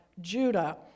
Judah